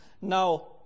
Now